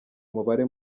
umubare